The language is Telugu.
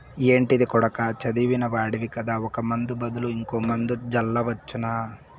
ఏంటిది కొడకా చదివిన వాడివి కదా ఒక ముందు బదులు ఇంకో మందు జల్లవచ్చునా